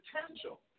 potential